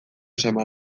seme